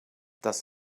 das